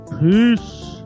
Peace